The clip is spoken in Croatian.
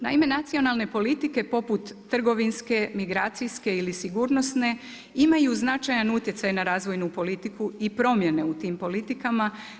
Naime, nacionalne politike poput trgovinske, migracijske ili sigurnosne imaju značajan utjecaj na razvojnu politiku i promjene u tim politikama.